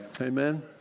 Amen